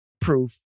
proof